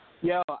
Yo